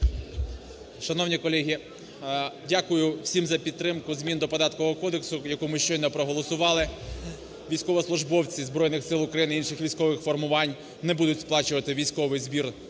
Шановні колеги, дякую всім за підтримку змін до Податкового кодексу, яку ми щойно проголосували. Військовослужбовці Збройних Сил України і інших військових формувань не будуть сплачувати військовий збір